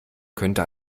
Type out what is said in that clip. könnte